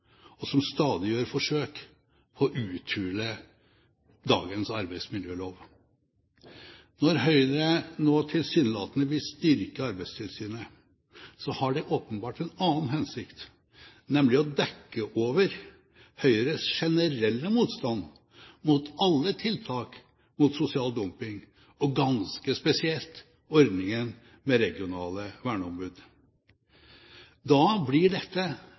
og som stadig gjør forsøk på å uthule dagens arbeidsmiljølov. Når Høyre nå tilsynelatende vil styrke Arbeidstilsynet, har det åpenbart en annen hensikt, nemlig å dekke over Høyres generelle motstand mot alle tiltak mot sosial dumping, og ganske spesielt ordningen med regionale verneombud. Da blir dette